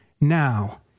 Now